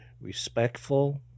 respectful